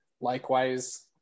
Likewise